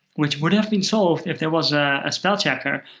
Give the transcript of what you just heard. which would have been solved if there was a spell checker,